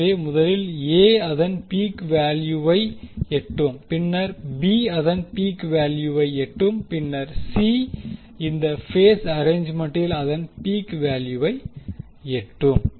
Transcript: எனவே முதலில் எ அதன் பீக் வேல்யூவை எட்டும் பின்னர் பி அதன் பீக் வேல்யூவை எட்டும் பின்னர் சி இந்த பேஸ் அரேஞ்மண்ட்டில் அதன் பீக் வேல்யூவை எட்டும்